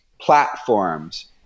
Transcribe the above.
platforms